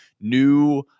new